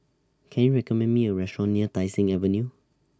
Can YOU recommend Me A Restaurant near Tai Seng Avenue